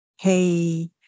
hey